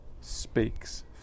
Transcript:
speaks